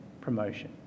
promotion